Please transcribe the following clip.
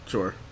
Sure